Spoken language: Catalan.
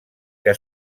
que